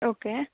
okay